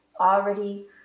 already